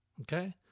okay